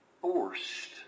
forced